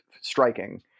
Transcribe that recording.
striking